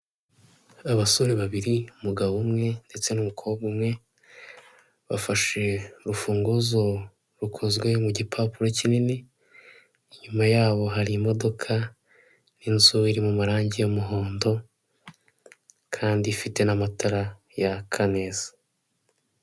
Abasore babiri mugabo umwe ndetse n'umukobwa umwe bafashe urufunguzo rukozwe mu gipapuro kinini, inyuma yabo hari imodoka n'inzu iri mu mumarange y'umuhondo kandi ifite n'amatara yaka neza.